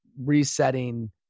resetting